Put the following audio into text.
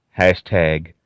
hashtag